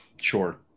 Sure